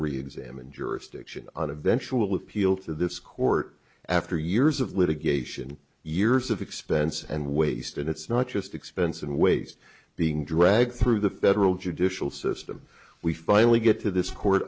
really examine jurisdiction and eventually appeal to this court after years of litigation years of expense and waste and it's not just expense and waste being dragged through the federal judicial system we finally get to this court